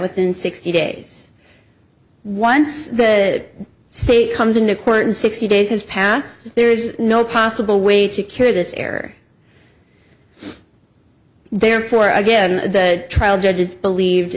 within sixty days once the c comes into court and sixty days has passed there is no possible way to cure this error therefore again the trial judge is believed